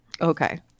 Okay